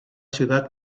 ciudad